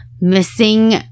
missing